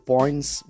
Points